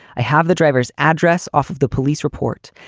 i have the driver's address off of the police report,